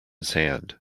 sand